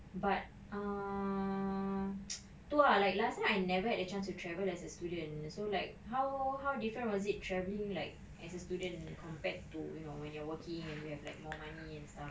but err tu ah like last time I never had a chance to travel as a student so like how how different was it travelling like as a student compared to you know when you're working and you have like more money and stuff